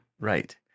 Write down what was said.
Right